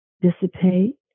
dissipate